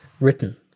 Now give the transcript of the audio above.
written